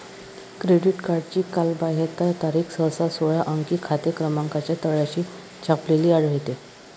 credit कार्डची कालबाह्यता तारीख सहसा सोळा अंकी खाते क्रमांकाच्या तळाशी छापलेली आढळते